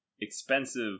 expensive